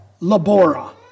labora